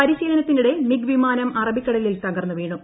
പരിശീലനത്തിനിടെ MiG വിമാനം അറബിക്കടലിൽ ന് തകർന്നു വീണു